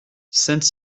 sainte